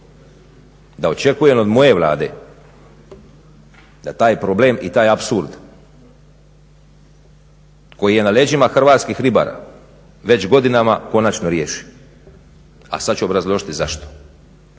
da očekujem od moje Vlade da taj problem i taj apsurd koji je na leđima hrvatskih ribara već godinama konačno riješi. A sad ću obrazložiti i zašto.